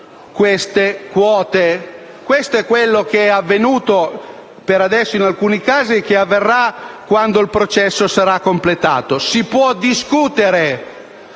tali quote. Questo è quanto è avvenuto per adesso in alcuni casi e avverrà quando il processo sarà completato. Si può discutere